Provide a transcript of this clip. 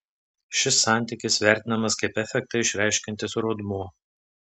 šis santykis vertinamas kaip efektą išreiškiantis rodmuo